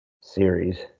series